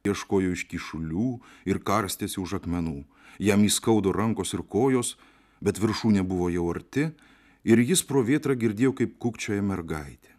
ieškojo iškyšulių ir karstėsi už akmenų jam įskaudo rankos ir kojos bet viršūnė buvo jau arti ir jis pro vėtrą girdėjo kaip kūkčioja mergaitė